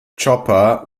chopper